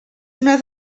una